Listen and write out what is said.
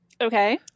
okay